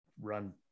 run